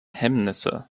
hemmnisse